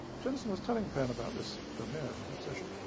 jenison was telling penn about this vermeer obsession,